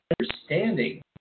understanding